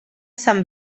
sant